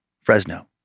Fresno